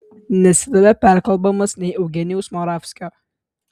nesidavė perkalbamas nei eugenijaus moravskio